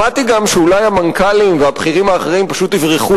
שמעתי גם שאולי המנכ"לים והבכירים האחרים פשוט יברחו